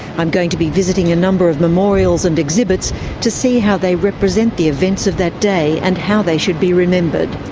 i'm going to be visiting a number of memorials and exhibits to see how they represent the events of that day and how they should be remembered.